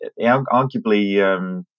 arguably